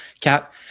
Cap